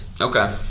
Okay